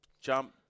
jump